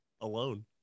alone